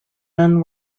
none